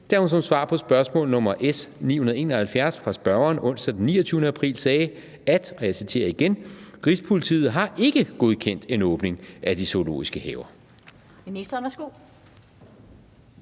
da hun som svar på spørgsmål nr. S 971 fra spørgeren onsdag den 29. april 2020 sagde, at »Rigspolitiet har ikke godkendt en åbning af de zoologiske haver«?